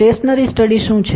stationary study શું છે